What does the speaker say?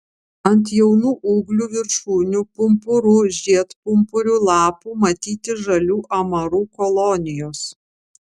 ant jaunų ūglių viršūnių pumpurų žiedpumpurių lapų matyti žalių amarų kolonijos